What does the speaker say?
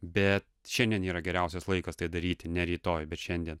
bet šiandien yra geriausias laikas tai daryti ne rytoj bet šiandien